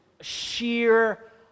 sheer